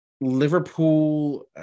Liverpool